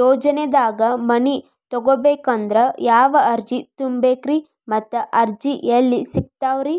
ಯೋಜನೆದಾಗ ಮನಿ ತೊಗೋಬೇಕಂದ್ರ ಯಾವ ಅರ್ಜಿ ತುಂಬೇಕ್ರಿ ಮತ್ತ ಅರ್ಜಿ ಎಲ್ಲಿ ಸಿಗತಾವ್ರಿ?